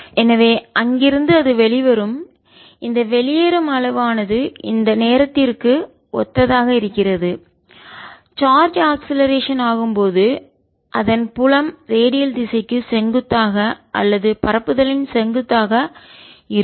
எனவே அங்கிருந்து அது வெளிவரும் இந்த வெளியேறும் அளவு ஆனது அந்த நேரத்திற்கு ஒத்ததாக இருக்கிறது சார்ஜ் ஆக்ஸிலரேஷன் முடுக்கிவிடப்படும்ஆகும் போது அதன் புலம் ரேடியல் திசைக்கு செங்குத்தாக அல்லது பரப்புதலின் செங்குத்தாக இருக்கும்